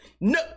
no